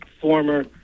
former